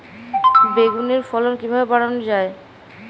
বেগুনের ফলন কিভাবে বাড়ানো যায়?